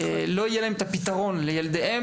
לא יהיה להם את פתרון המסגרת לילדיהם,